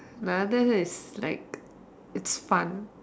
another one is like its fun